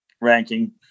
ranking